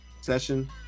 session